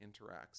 interacts